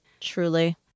Truly